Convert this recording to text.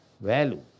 value